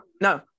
No